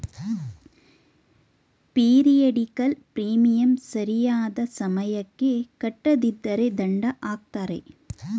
periodical premium ಸರಿಯಾದ ಸಮಯಕ್ಕೆ ಕಟ್ಟದಿದ್ದರೆ ದಂಡ ಹಾಕ್ತರೆ